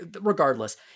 regardless